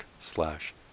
slash